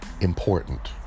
important